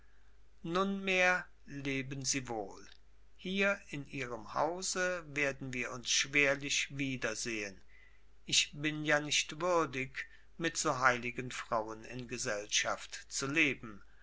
nunmehr leben sie wohl hier in ihrem hause werden wir uns schwerlich wieder sehen ich bin ja nicht würdig mit so heiligen frauen in gesellschaft zu leben